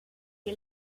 que